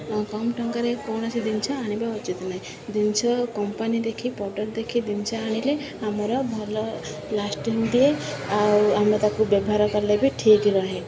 କମ୍ ଟଙ୍କାରେ କୌଣସି ଜିନିଷ ଆଣିବା ଉଚିତ୍ ନାହିଁ ଜିନିଷ କମ୍ପାନୀ ଦେଖି ପ୍ରଡ଼କ୍ଟ୍ ଦେଖି ଜିନିଷ ଆଣିଲେ ଆମର ଭଲ ଲାଷ୍ଟିଂ ଦିଏ ଆଉ ଆମେ ତାକୁ ବ୍ୟବହାର କଲେ ବି ଠିକ୍ ରୁହେ